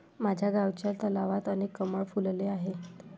माझ्या गावच्या तलावात अनेक कमळ फुलले आहेत